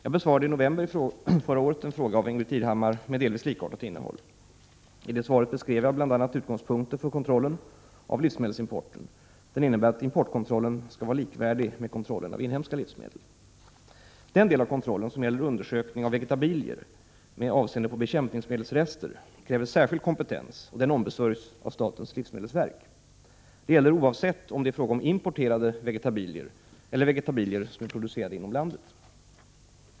Jag besvarade i november förra året en fråga av Ingbritt Irhammar med delvis likartat innehåll. I det svaret beskrev jag bl.a. utgångspunkten för kontrollen av livsmedelsimporten. Den innebär att importkontrollen skall vara likvärdig med kontrollen av inhemska livsmedel. Den del av kontrollen som gäller undersökning av vegetabilier med avseende på bekämpningsmedelsrester kräver särskild kompetens och ombesörjs av statens livsmedelsverk. Detta gäller oavsett om det är fråga om importerade vegetabilier eller vegetabilier producerade inom landet.